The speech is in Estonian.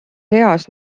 eas